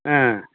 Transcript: ஆ